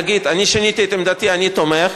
יגיד ששינה את עמדתו והוא תומך,